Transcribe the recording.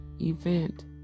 event